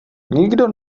nikdo